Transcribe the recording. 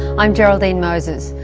i'm geraldine moses.